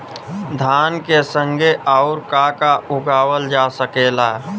धान के संगे आऊर का का उगावल जा सकेला?